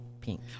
pink